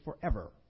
forever